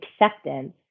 acceptance